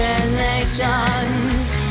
Relations